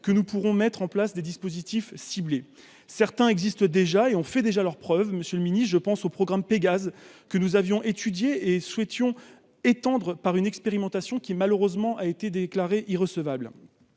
que nous pourrons mettre en place des dispositifs ciblés certains existent déjà et ont fait déjà leurs preuves Monsieur le Ministre, je pense au programme Pégase, que nous avions étudié et souhaitions étendre par une expérimentation qui malheureusement a été déclarée irrecevable